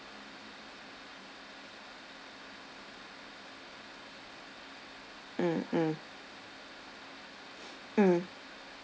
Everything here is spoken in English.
mm mm mm